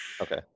okay